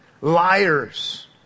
liars